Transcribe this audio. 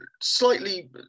slightly